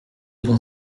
bon